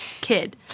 kid